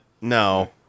no